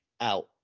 out